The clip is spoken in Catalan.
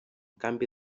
canvi